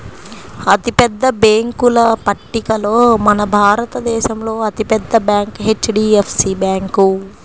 అతిపెద్ద బ్యేంకుల పట్టికలో మన భారతదేశంలో అతి పెద్ద బ్యాంక్ హెచ్.డీ.ఎఫ్.సీ బ్యాంకు